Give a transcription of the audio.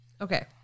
Okay